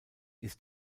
ist